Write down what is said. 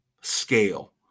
scale